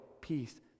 peace